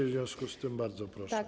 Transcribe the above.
W związku z tym bardzo proszę.